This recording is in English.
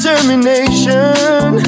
Determination